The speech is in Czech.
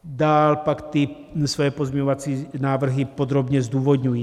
Dál pak své pozměňovací návrhy podrobně zdůvodňuji.